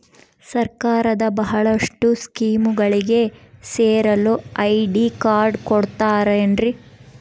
ಸರ್ಕಾರದ ಬಹಳಷ್ಟು ಸ್ಕೇಮುಗಳಿಗೆ ಸೇರಲು ಐ.ಡಿ ಕಾರ್ಡ್ ಕೊಡುತ್ತಾರೇನ್ರಿ?